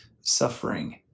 suffering